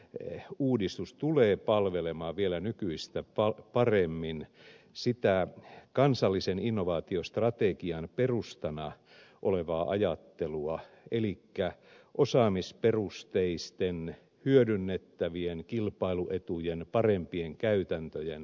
ehkä ammattikorkeakouluja tulee palvelemaan vielä nykyistä paremmin sitä kansallisen innovaatiostrategian perustana olevaa ajattelua osaamisperusteisten hyödynnettävien kilpailuetujen parempien käytäntöjen aikaansaamista